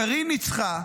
קארין ניצחה,